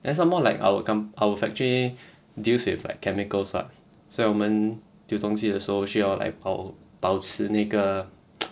then some more like our comp~ our factory deals with like chemicals [what] so when 我们丢东西的时候需要 like 保保持那个